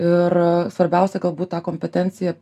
ir svarbiausia galbūt tą kompetenciją